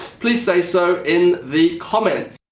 please say so in the comments.